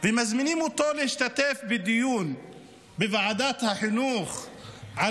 ומזמינים אותו להשתתף בדיון בוועדת החינוך על